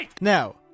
Now